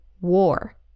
war